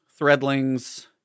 threadlings